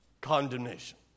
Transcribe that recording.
condemnation